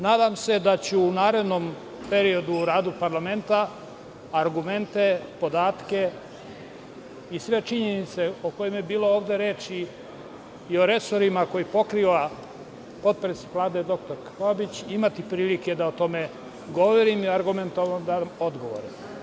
Nadam se da ću u narednom periodu u radu parlamenta argumente, podatke i sve činjenice o kojima je bilo ovde reči i o resorima koje pokriva potpredsednik Vlade dr Krkobabić, imati prilike da o tome govorim i argumentovano da dobijam odgovore.